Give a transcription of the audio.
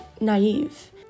naive